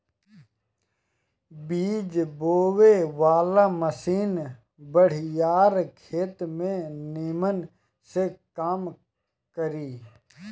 बीज बोवे वाला मशीन बड़ियार खेत में निमन से काम करी